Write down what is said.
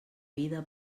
vida